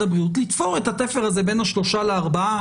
הבריאות לתפור את התפר הזה בין ה-3 ל-4,